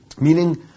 Meaning